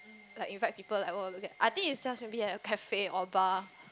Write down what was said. like invite people I think is just maybe at a cafe or bar